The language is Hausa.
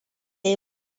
ya